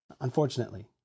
Unfortunately